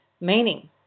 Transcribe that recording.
meaning